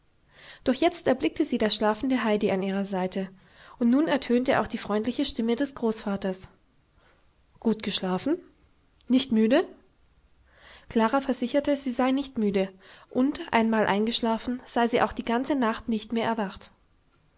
doch jetzt erblickte sie das schlafende heidi an ihrer seite und nun ertönte auch die freundliche stimme des großvaters gut geschlafen nicht müde klara versicherte sie sei nicht müde und einmal eingeschlafen sei sie auch die ganze nacht nicht mehr erwacht